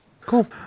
Cool